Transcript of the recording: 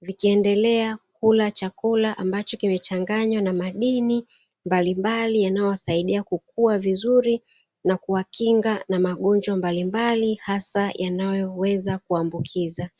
vikikendelea kula chakula, ambacho kimechanganywa na madini mbalimbali, yanayosaidia kukua vizuri na kuwakinga na magonjwa mbalimbali hasa yanayoweza kuambukiza.